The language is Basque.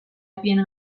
epeen